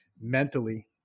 mentally